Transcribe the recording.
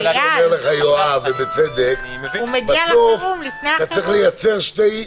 יואב אומר לך בצדק שבסוף אתה צריך לייצר --- אייל,